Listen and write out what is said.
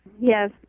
Yes